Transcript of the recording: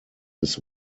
his